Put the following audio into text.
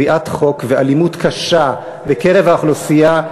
פריעת חוק ואלימות קשה בקרב האוכלוסייה,